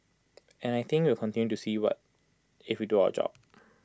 and I think we'll continue to see what if we do our job